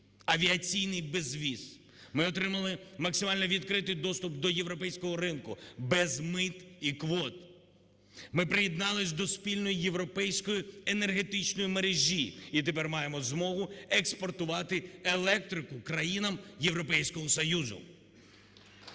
авіаційний безвіз, ми отримали максимально відкритий доступ до європейського ринку без мит і квот. Ми приєднались до спільної європейської енергетичної мережі і тепер маємо змогу експортувати електрику країнам Європейського Союзу.